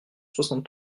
soixante